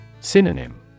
Synonym